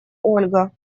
ольга